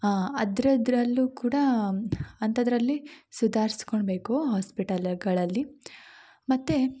ಅದ್ರಲ್ಲೂ ಕೂಡಾ ಅಂಥದ್ರಲ್ಲಿ ಸುಧಾರ್ಸ್ಕೊಳ್ ಬೇಕು ಹಾಸ್ಪಿಟಲ್ಗಳಲ್ಲಿ ಮತ್ತು